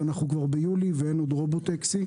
אנחנו כבר ביולי ואין עוד רובוט טקסי.